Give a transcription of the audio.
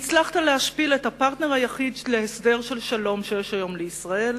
הצלחת להשפיל את הפרטנר היחיד שיש היום לישראל